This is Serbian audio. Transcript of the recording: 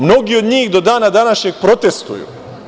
Mnogi od njih do dana današnjeg protestuju.